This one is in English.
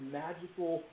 magical